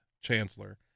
chancellor